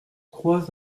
trois